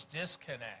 disconnect